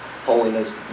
holiness